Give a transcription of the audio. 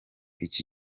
iki